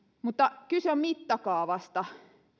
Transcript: mutta kyse on mittakaavasta